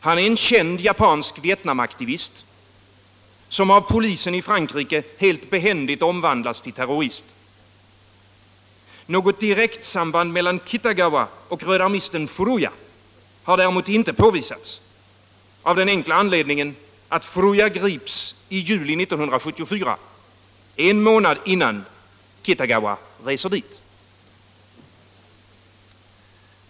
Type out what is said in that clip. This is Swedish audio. Han är en känd japansk Vietnamaktivist, som av polisen i Frankrike helt behändigt omvandlas till terrorist. Något direktsamband mellan Kitagawa och rödarmisten Furuya har däremot inte påvisats, av den enkla anledningen att Furuya grips i juli 1974, en månad innan Kitagawa reser till Frankrike.